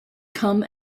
come